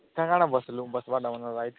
ଏଠି କାଁଣା ବସିଲୁ ବସିବାଁ ଲାଇଟ୍ରେ